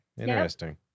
interesting